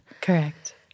Correct